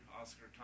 Oscar